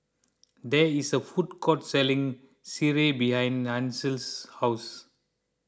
there is a food court selling Sireh behind Hansel's house